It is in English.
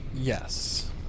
Yes